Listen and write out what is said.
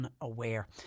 unaware